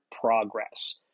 progress